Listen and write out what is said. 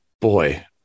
boy